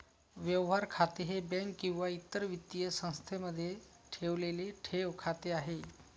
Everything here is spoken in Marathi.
व्यवहार खाते हे बँक किंवा इतर वित्तीय संस्थेमध्ये ठेवलेले ठेव खाते आहे